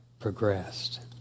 progressed